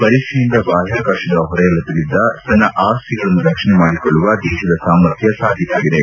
ಪರೀಕ್ಷೆಯಿಂದ ಬಾಹ್ವಾಕಾಶದ ಹೊರವಲಯದಲ್ಲಿನ ತನ್ನ ಆಸ್ತಿಗಳನ್ನು ರಕ್ಷಣೆ ಮಾಡಿಕೊಳ್ಳುವ ದೇಶದ ಸಾಮರ್ಥ್ವ ಸಾಬೀತಾಗಿದೆ